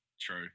true